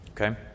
Okay